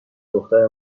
دختر